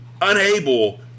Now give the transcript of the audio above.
unable